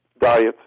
diets